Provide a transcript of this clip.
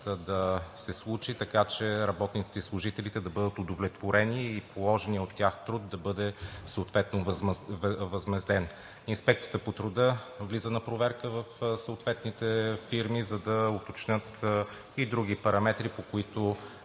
да се случи, така че работниците и служителите да бъдат удовлетворени и положеният от тях труд да бъде съответно възмезден. Инспекцията по труда влиза на проверка в съответните фирми, за да уточнят и други параметри, по които